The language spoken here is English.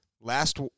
Last